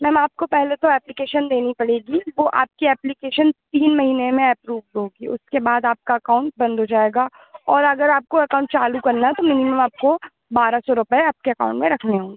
ma'am आपको पहले तो ऐप्लीकेशन देनी पड़ेगी वो आपकी ऐप्लीकेशन तीन महीने में एप्रूव्ड होगी उसके बाद आपका अकाउंट बंद हो जाएगा और अगर आपको एकाउंट चालू करना है तो मिनिमम आपको बारह सौ रुपये आपके अकाउंट में रखने होंगे